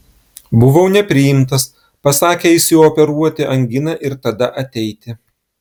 buvau nepriimtas pasakė išsioperuoti anginą ir tada ateiti